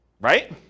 right